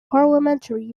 parliamentary